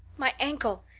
my ankle,